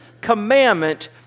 commandment